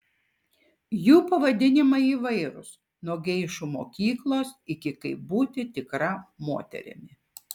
jų pavadinimai įvairūs nuo geišų mokyklos iki kaip būti tikra moterimi